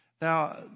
Now